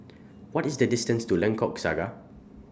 What IS The distance to Lengkok Saga